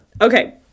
Okay